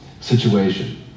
situation